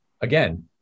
again